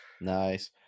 Nice